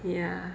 ya